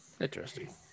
Interesting